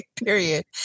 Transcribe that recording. Period